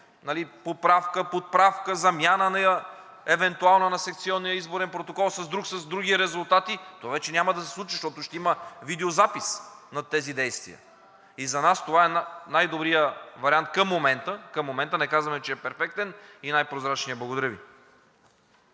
поправка, подправка, евентуална замяна на секционния изборен протокол с друг, с други резултати, но вече няма да се случва, защото ще има видеозапис над тези действия. И за нас това е най-добрият вариант към момента. Към момента. Не казваме, че е перфектен и е най прозрачният. Благодаря Ви.